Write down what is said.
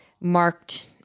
marked—